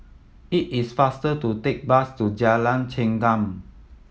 it is faster to take bus to Jalan Chengam